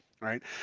right